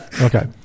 Okay